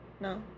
No